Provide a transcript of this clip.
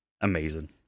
Amazing